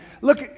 Look